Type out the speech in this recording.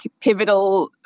pivotal